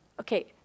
okay